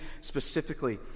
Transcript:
specifically